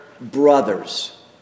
brothers